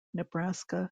nebraska